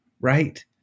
right